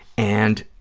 and